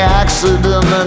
accident